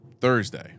Thursday